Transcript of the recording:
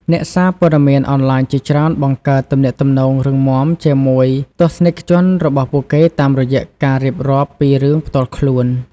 អ្នកសារព័ត៌មានអនឡាញជាច្រើនបង្កើតទំនាក់ទំនងរឹងមាំជាមួយទស្សនិកជនរបស់ពួកគេតាមរយៈការរៀបរាប់ពីរឿងផ្ទាល់ខ្លួន។